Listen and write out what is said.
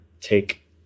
take